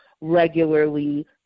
regularly